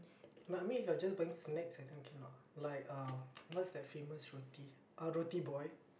no I mean if you are just buying snacks I think cannot like uh what's that famous roti ah roti-boy